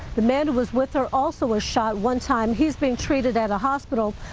the man who was with her also was shot one time. he's being treated at a hospital.